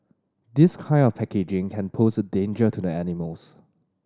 this kind of packaging can pose a danger to the animals